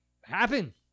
happen